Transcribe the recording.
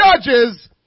judges